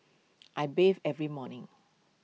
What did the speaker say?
I bathe every morning